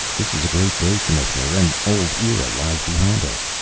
this is a great day, commissioner. an old era lies behind us.